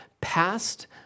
Past